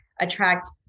attract